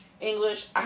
English